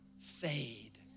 fade